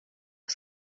vad